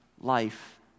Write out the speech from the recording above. Life